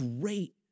great